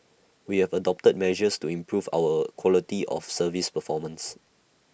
we have adopted measures to improve our quality of service performance